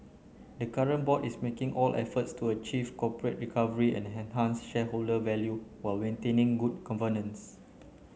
the current board is making all efforts to achieve corporate recovery and enhance shareholder value while maintaining good governance